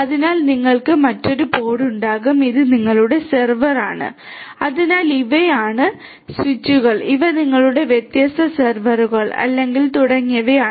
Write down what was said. അതിനാൽ നിങ്ങൾക്ക് മറ്റൊരു പോഡ് ഉണ്ടാകും ഇത് നിങ്ങളുടെ സെർവറാണ് അതിനാൽ ഇവയാണ് ഇവയാണ് ഇവയാണ് സ്വിച്ചുകൾ ഇവ നിങ്ങളുടെ വ്യത്യസ്ത സെർവറുകൾ അല്ലെങ്കിൽ കമ്പ്യൂട്ടറുകൾ തുടങ്ങിയവയാണ്